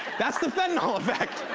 that's the fentanyl effect.